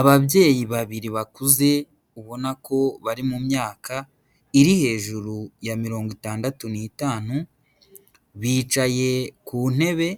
Ababyeyi babiri bakuze ubona ko bari mu myaka iri hejuru ya mirongo itandatu n'itanu, bicaye ku ntebe